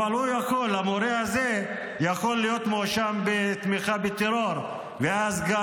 המורה הזה יכול להיות מואשם בתמיכה בטרור ואז גם